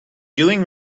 doing